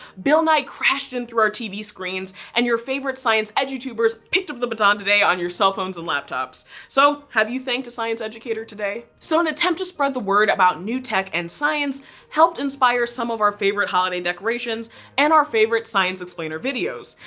bill nye crashed in through our tv screens. and your favorite science edutubers picked up the baton today on your cellphones and laptops. so have you thanked a science educator today? so an attempt to spread the word about new tech and science helped inspire some of our favorite holiday decorations and our favorite science explainer videos.